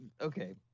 Okay